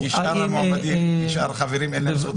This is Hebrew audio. כי לשאר חברים אין זכות הצבעה.